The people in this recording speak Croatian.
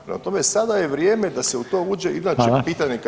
Prema tome sada je vrijeme da se u to uđe [[Upadica: Hvala.]] inače pitanje kada.